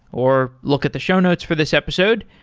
or look at the show notes for this episode.